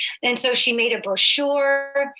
and so she made a brochure,